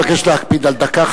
אני מבקש להקפיד על דקה,